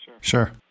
sure